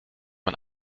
man